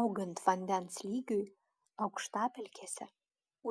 augant vandens lygiui aukštapelkėse